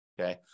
Okay